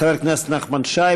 חבר הכנסת נחמן שי,